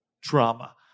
trauma